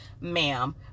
ma'am